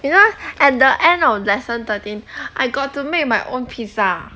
you know at the end of lesson thirteen I got to make my own pizza